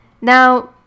Now